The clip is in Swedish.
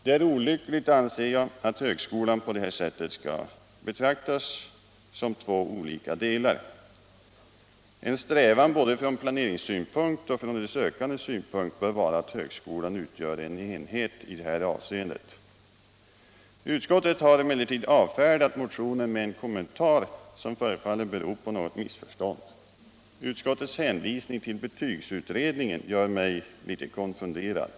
Det är olyckligt, anser jag, att högskolan på detta sätt skall betraktas som två olika delar. En strävan, både från planeringssynpunkt och från de sökandes synpunkt, bör vara att högskolan utgör en enhet. Utskottet har emellertid avfärdat motionen med en kommentar som förefaller bero på något missförstånd. Utskottets hänvisning till betygsutredningen gör mig litet konfunderad.